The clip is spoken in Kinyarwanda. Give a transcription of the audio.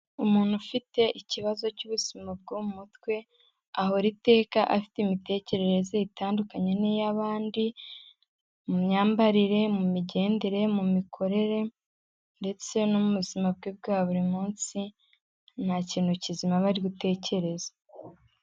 Umuntu ufite ikibazo cy'ubuzima bwo mu mutwe, ahora iteka afite imitekerereze itandukanye n'iy'abandi, mu myambarire, mu migendere, mu mikorere ndetse no mu buzima bwe bwa buri munsi, nta kintu kizima aba ari gutekereza.